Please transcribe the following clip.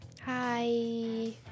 Hi